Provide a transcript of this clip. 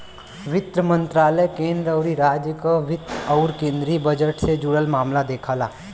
वित्त मंत्रालय केंद्र आउर राज्य क वित्त आउर केंद्रीय बजट से जुड़ल मामला देखला